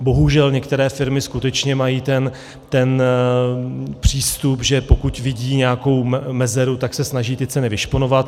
Bohužel některé firmy skutečně mají ten přístup, že pokud vidí nějakou mezeru, tak se snaží ty ceny vyšponovat.